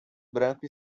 branco